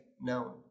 known